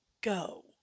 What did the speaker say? go